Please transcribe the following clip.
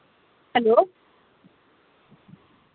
hello